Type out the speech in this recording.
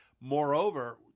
Moreover